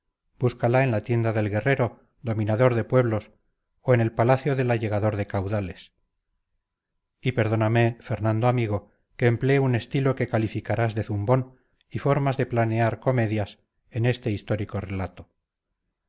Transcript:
búscala en la tienda del guerrero dominador de pueblos o en el palacio del allegador de caudales y perdóname fernando amigo que emplee un estilo que calificarás de zumbón y formas de planear comedias en este histórico relato